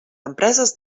empreses